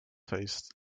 face